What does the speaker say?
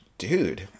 dude